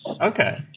Okay